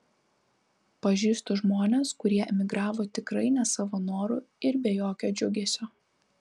pažįstu žmones kurie emigravo tikrai ne savo noru ir be jokio džiugesio